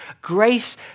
grace